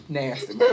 nasty